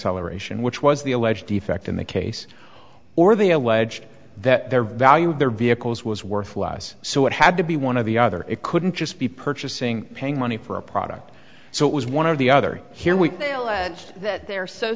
acceleration which was the alleged defect in the case or they alleged that their value of their vehicles was worth less so it had to be one of the other it couldn't just be purchasing paying money for a product so it was one of the other here we just that they're so